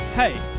Hey